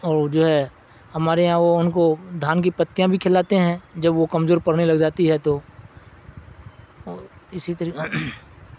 اور جو ہے ہمارے یہاں وہ ان کو دھان کی پتیاں بھی کھلاتے ہیں جب وہ کمزور پڑنے لگ جاتی ہے تو اسی طریق